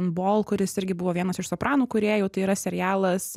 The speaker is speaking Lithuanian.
bol kuris irgi buvo vienas iš sopranų kūrėjų tai yra serialas